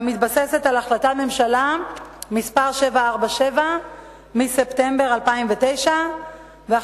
המתבססת על החלטת ממשלה מס' 747 מספטמבר 2009 והחלטת